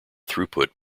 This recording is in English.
throughput